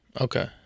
Okay